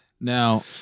Now